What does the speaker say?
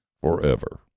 forever